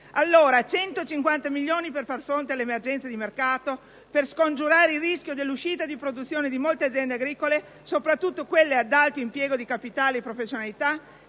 Allora, 150 milioni per far fronte all'emergenza di mercato, per scongiurare il rischio dell'uscita di produzione di molte aziende agricole, soprattutto quelle ad alto impiego di capitali e professionalità,